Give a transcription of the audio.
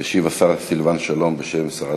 ישיב השר סילבן שלום בשם שרת